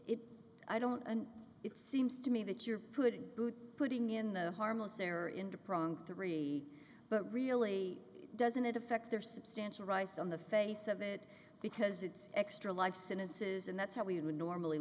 it i don't and it seems to me that you're putting putting in the harmless error in depriving three but really doesn't affect their substantial rice on the face of it because it's extra life sentences and that's how we would normally